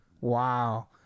Wow